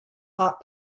hot